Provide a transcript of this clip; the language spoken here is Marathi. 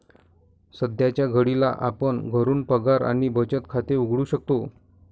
सध्याच्या घडीला आपण घरून पगार आणि बचत खाते उघडू शकतो